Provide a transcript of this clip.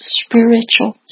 spiritual